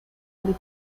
del